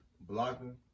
blocking